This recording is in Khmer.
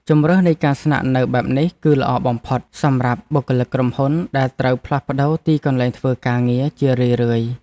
ជម្រើសនៃការស្នាក់នៅបែបនេះគឺល្អបំផុតសម្រាប់បុគ្គលិកក្រុមហ៊ុនដែលត្រូវផ្លាស់ប្ដូរទីកន្លែងធ្វើការងារជារឿយៗ។